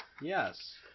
Yes